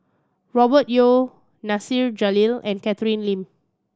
Robert Yeo Nasir Jalil and Catherine Lim